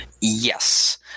Yes